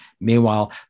Meanwhile